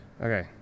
Okay